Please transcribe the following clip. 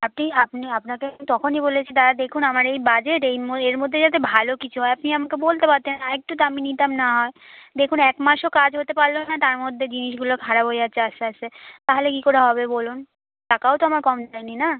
আপনি আপনি আপনাকে আমি তখনই বলেছি দাদা দেখুন আমার এই বাজেট এই এর মধ্যে যাতে ভালো কিছু হয় আপনি আমাকে বলতে পারতেন আরেকটু দামী নিতাম না হয় দেখুন এক মাসও কাজ হতে পারলো না তার মধ্যে জিনিসগুলো খারাপ হয়ে যাচ্ছে আস্তে আস্তে তাহলে কী করে হবে বলুন টাকাও তো আমার কম যায়নি না